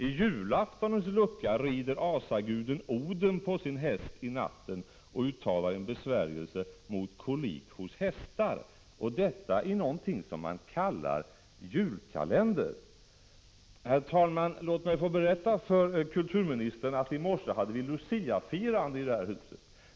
I julaftonens lucka rider asaguden Oden på sin häst i natten och uttalar en besvärjelse mot kolik hos hästar. Och detta är någonting som man kallar julkalender. Herr talman! Låt mig få berätta för kulturministern att vi i morse hade Luciafirande här i huset.